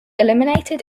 eliminated